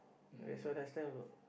that's why I stand a not